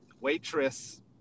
waitress